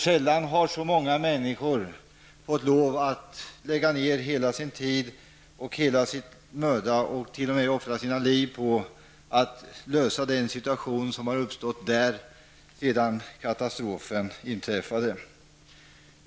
Sällan har så många människor fått lov att lägga ned så mycket tid och möda som människorna runt Tjernobyl på att lösa de problem som uppstått där sedan katastrofen inträffade.